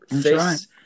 face